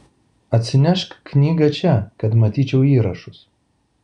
atsinešk knygą čia kad matyčiau įrašus